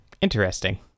Interesting